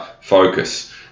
focus